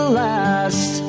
last